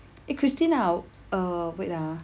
eh christine ah uh wait ah